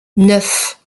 neuf